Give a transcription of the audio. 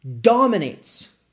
dominates